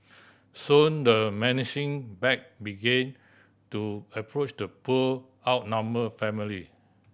soon the menacing pack began to approach the poor outnumber family